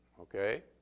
okay